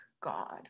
god